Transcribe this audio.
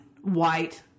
white